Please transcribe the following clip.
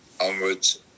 onwards